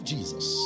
Jesus